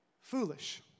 foolish